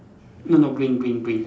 no no green green green